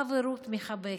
חברות מחבקת.